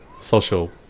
social